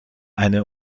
eine